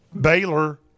Baylor